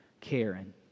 Karen